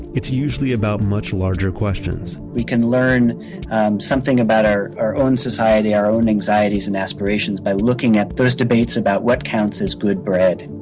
it's usually about much larger questions we can learn something about our our own society, our own anxieties and aspirations by looking at those debates about what counts as good bread